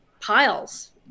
piles